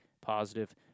positive